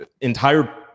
entire